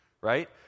right